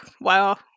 Wow